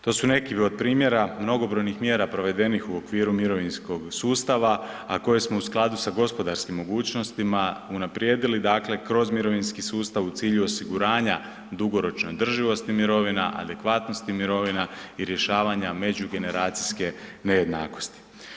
To su neki od primjera mnogobrojnih mjera provedenih u okviru mirovinskog sustava, a koje smo u skladu sa gospodarskim mogućnostima unaprijedili kroz mirovinski sustav u cilju osiguranja dugoročne održivosti mirovina, adekvatnosti mirovina i rješavanja međugeneracijske nejednakosti.